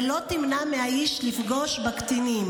ולא תמנע מהאיש לפגוש בקטינים